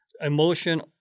emotion